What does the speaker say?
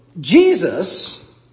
Jesus